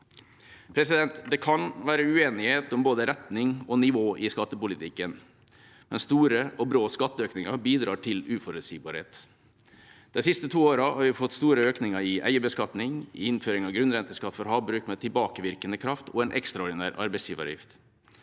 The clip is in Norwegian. omstilling. Det kan være uenighet om både retning og nivå i skattepolitikken, men store og brå skatteøkninger bidrar til uforutsigbarhet. De siste to årene har vi fått store økninger i eierbeskatning, innføring av grunnrenteskatt for havbruk med tilbakevirkende kraft og en ekstraordinær arbeidsgiveravgift.